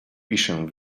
piszę